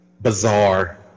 bizarre